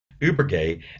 uber-gay